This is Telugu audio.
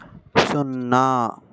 సున్నా